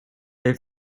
they